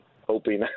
hoping